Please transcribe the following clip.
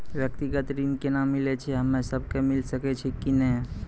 व्यक्तिगत ऋण केना मिलै छै, हम्मे सब कऽ मिल सकै छै कि नै?